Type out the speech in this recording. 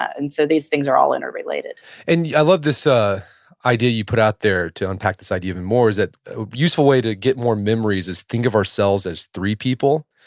ah and so these things are all interrelated and i love this ah idea you put out there to unpack this idea of even and more is that a useful way to get more memories as think of ourselves as three people.